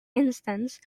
instance